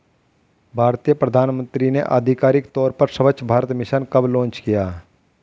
भारतीय प्रधानमंत्री ने आधिकारिक तौर पर स्वच्छ भारत मिशन कब लॉन्च किया?